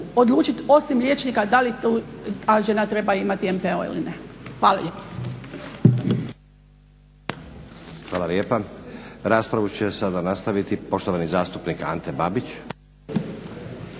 odlučiti osim liječnika da li ta žena treba imati MPO ili ne? Hvala lijepa. **Stazić, Nenad (SDP)** Hvala lijepa. Raspravu će sada nastaviti poštovani zastupnik Ante Babić.